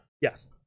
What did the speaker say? yes